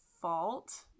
fault